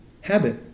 habit